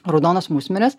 raudonos musmirės